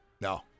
No